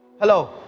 Hello